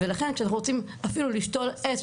ולכן כשאנחנו רוצים אפילו לשתול עץ,